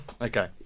Okay